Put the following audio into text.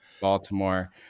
Baltimore